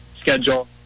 schedule